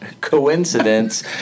coincidence